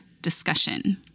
discussion